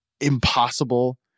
impossible